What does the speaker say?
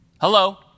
Hello